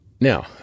Now